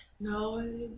No